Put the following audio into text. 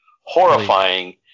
horrifying